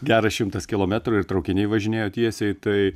geras šimtas kilometrų ir traukiniai važinėjo tiesiai tai